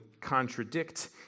contradict